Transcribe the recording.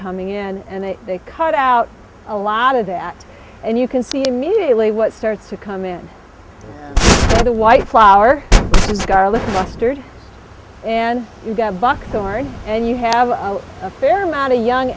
coming in and they cut out a lot of that and you can see immediately what starts to come in the white flour and garlic mustard and you get buckthorn and you have a fair amount of young